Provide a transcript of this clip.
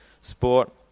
Sport